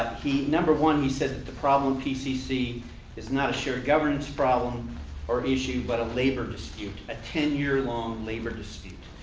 he number one he says that the problem at pcc is not a shared governance problem or issue but a labor dispute, a ten year long labor dispute.